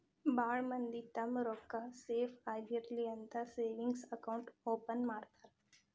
ಭಾಳ್ ಮಂದಿ ತಮ್ಮ್ ರೊಕ್ಕಾ ಸೇಫ್ ಆಗಿರ್ಲಿ ಅಂತ ಸೇವಿಂಗ್ಸ್ ಅಕೌಂಟ್ ಓಪನ್ ಮಾಡ್ತಾರಾ